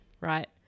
right